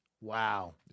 Wow